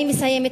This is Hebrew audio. אני מסיימת.